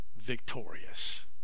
victorious